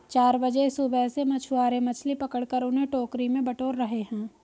चार बजे सुबह से मछुआरे मछली पकड़कर उन्हें टोकरी में बटोर रहे हैं